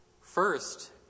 First